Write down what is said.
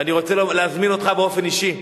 ואני רוצה להזמין אותך באופן אישי,